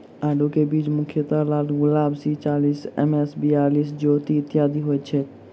आलु केँ बीज मुख्यतः लालगुलाब, सी चालीस, एम.एस बयालिस, ज्योति, इत्यादि होए छैथ?